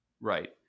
Right